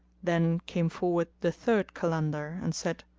then came forward the third kalandar, and said,